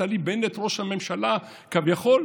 נפתלי בנט, ראש הממשלה, כביכול,